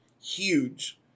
huge